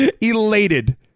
Elated